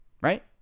right